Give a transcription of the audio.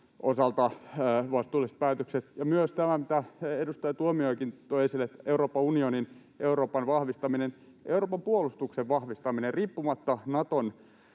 osalta vastuulliset päätökset ja myös tämä, mitä edustaja Tuomiojakin toi esille eli Euroopan unionin, Euroopan ja Euroopan puolustuksen vahvistaminen — riippumatta Naton